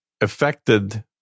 affected